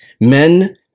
Men